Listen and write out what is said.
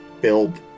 build